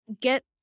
get